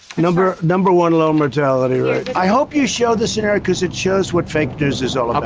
number number one low mortality, right? i hope you show this scenario because it shows what fake news is all about.